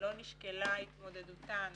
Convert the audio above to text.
התמודדותן